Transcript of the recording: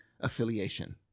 affiliation